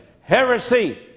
Heresy